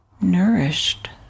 nourished